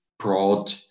Broad